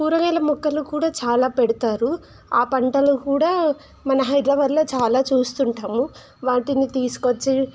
కూరగాయల మొక్కలు కూడా చాలా పెడతారు ఆ పంటలు కూడా మన హైదరాబాద్లో చాలా చూస్తుంటాము వాటిని తీసుకు వచ్చి